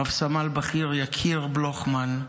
רב-סמל בכיר יקיר בלוכמן,